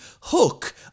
hook